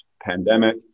pandemic